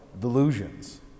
delusions